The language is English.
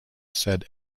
said